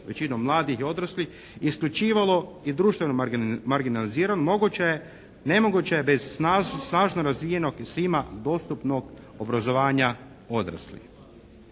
većinom mladih i odraslih isključivalo i društveno marginaliziran moguće je, nemoguće je bez snažno razvijenog i svima dostupnog obrazovanja odraslih.